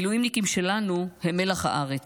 המילואימניקים שלנו הם מלח הארץ.